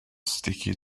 sticky